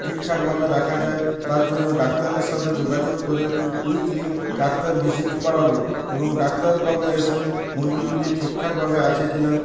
ঠিকঠাকভাবে রাখা যায় তার জন্য ডাক্তারের সাথে যোগাযোগ করে উইকলি ডাক্তার ভিজিট করাব এবং ডাক্তারবাবু এসে মুরগিগুলি ঠিকঠাকভাবে আছে কি না